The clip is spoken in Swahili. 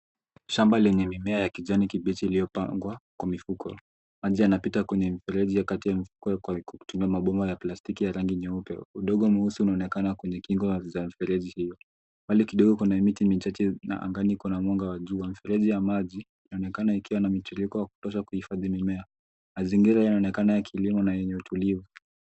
Shamba lenye mimea ya kijani kibichi iliyopangwa kwa mifuko. Maji yanapita kwenye mifereji iliyo kati ya mifuko kwa kutumia mabomba ya plastiki ya rangi nyeupe. Udongo mweusi unaonekana kwenye kingo za mifereji hiyo. Mbali kidogo kuna miti michache na angani kuna mwanga wa jua. Mifereji ya maji inaonekana ikiwa na mtiririko wa kutosha kuhifadhi mimea. Mazingira yanaonekana ya kilimo na yenye utulivu.